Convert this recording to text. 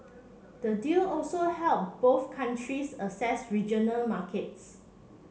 the deal also help both countries assess regional markets